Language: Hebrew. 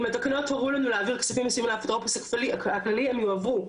אם התקנות הורו לנו להעביר כספים מסוימים לאפוטרופוס הכללי הם יועברו,